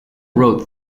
wrote